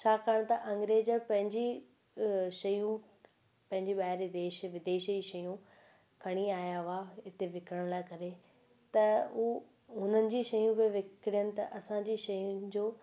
छाकणि त अग्रेंज पंहिंजी शयूं पंहिंजे ॿाहिरि विदेश जूं शयूं खणी आया हुआ हिते विकिरण लाइ करे त हू हुनजी शयूं बि विकिणनि त असांजी शयूंनि जो